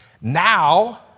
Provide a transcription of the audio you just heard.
now